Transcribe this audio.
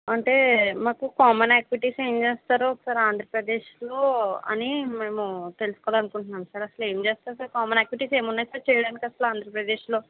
అంటే మాకు common activities ఏం చేస్తారో ఒకసారి ఆంధ్రప్రదేశ్లో అని మేము తెలుసుకోవాలనుకుంటున్నాం సార్ అసలు ఏం చేస్తారు సార్ కామన్ యాక్టివిటీస్ ఏమున్నాయి సార్ చేయడానికి అసలు ఆంధ్రప్రదేశ్లో